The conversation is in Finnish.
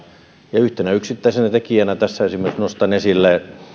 yhtenä yksittäisenä tekijänä tässä nostan esille